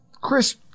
Chris